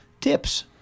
tips